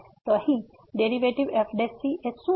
તો અહીં derivative f શું છે